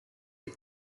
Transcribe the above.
est